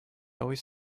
always